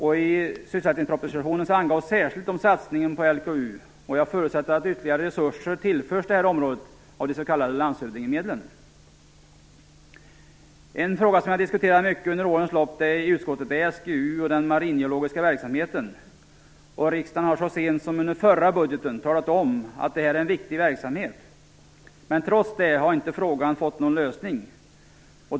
I sysselsättningspropositionen angavs särskilt satsningen på LKU, och jag förutsätter att ytterligare resurser tillförs det här området av de s.k. landshövdingemedlen. En fråga som vi har diskuterat mycket under årens lopp i utskottet är SGU och den maringeologiska verksamheten. Riksdagen har så sent som under förra budgeten talat om att detta är en viktig verksamhet. Trots det har inte frågan fått någon lösning.